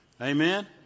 Amen